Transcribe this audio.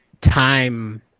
time